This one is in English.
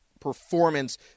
performance